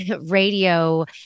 radio